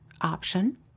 option